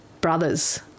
brothers